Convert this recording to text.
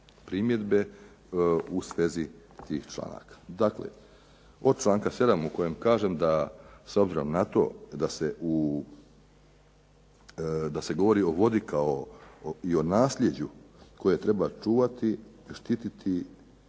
primjedbe u svezi tih članaka. Dakle, od članka 7. u kojem kažem da s obzirom na to da se govori o vodi kao i o naslijeđu koje treba čuvati, štititi